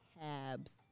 tabs